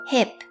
Hip